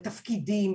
בתפקידים,